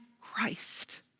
Christ